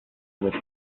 with